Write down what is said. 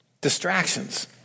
Distractions